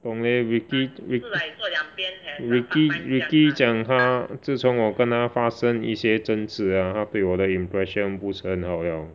不懂 leh Ricky Rick~ Ricky Ricky 讲他自从我跟他发生一些争执 ah 他对我的 impression 不是很好 liao